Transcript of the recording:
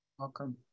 welcome